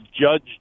judge